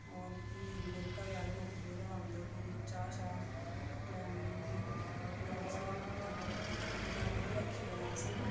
होर फ्ही मेरे घरै आह्ले नौकरी'रा औंदे फ्ही चाह् छाह् पलैनी उनेंई फ्ही असें गवां रक्खी दियां गवां बी रक्खी दियां असें